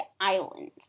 Island